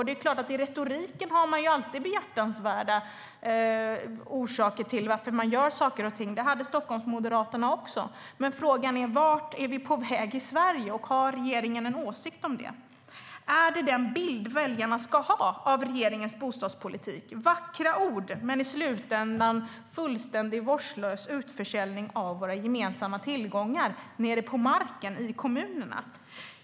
Det är klart att man i retoriken alltid har behjärtansvärda orsaker till att man gör saker och ting. Det hade Stockholmsmoderaterna också. Men frågan är vart vi är på väg i Sverige. Har regeringen en åsikt om det? Är det den bilden väljarna ska ha av regeringens bostadspolitik, vackra ord men i slutändan fullständigt vårdslös utförsäljning av våra gemensamma tillgångar, nere på marken i kommunerna?